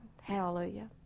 Hallelujah